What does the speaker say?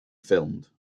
filmed